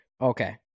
Okay